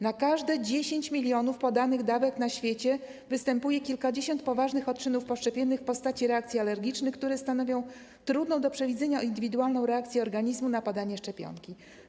Na każde 10 mln podanych dawek na świecie występuje kilkadziesiąt poważnych odczynów poszczepiennych w postaci reakcji alergicznych, które stanowią trudną do przewidzenia indywidualną reakcję organizmu na podanie szczepionki.